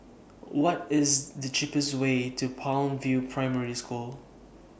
What IS The cheapest Way to Palm View Primary School